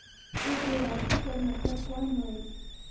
ये के.वाई.सी कर मतलब कौन होएल?